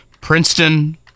Princeton